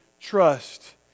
trust